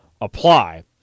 apply